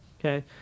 Okay